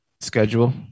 schedule